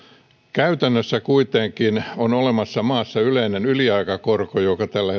käytännössä kuitenkin maassa on olemassa yleinen yliaikakorko joka tällä